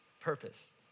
purpose